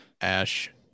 Ash